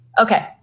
Okay